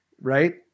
right